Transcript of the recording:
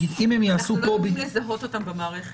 אם הם יעשו פה --- אנחנו לא צריכים לזהות אותם במערכת.